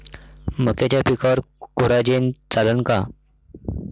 मक्याच्या पिकावर कोराजेन चालन का?